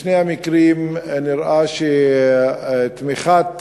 בשני המקרים נראה שתמיכת